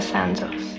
Sanzos